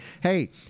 hey